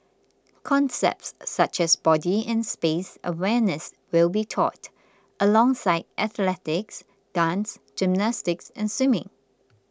concepts such as body and space awareness will be taught alongside athletics dance gymnastics and swimming